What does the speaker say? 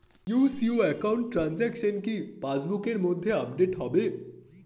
UCO account transaction কি pass বুকের মধ্যে আপডেট হবে?